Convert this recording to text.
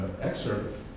excerpt